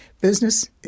business